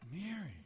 Mary